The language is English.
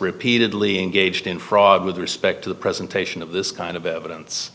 repeatedly engaged in fraud with respect to the presentation of this kind of evidence